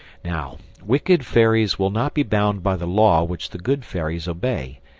now wicked fairies will not be bound by the law which the good fairies obey,